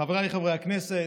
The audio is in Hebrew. חבריי חברי הכנסת,